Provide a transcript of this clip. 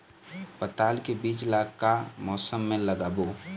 पताल के बीज ला का मौसम मे लगाबो?